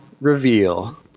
Reveal